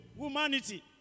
humanity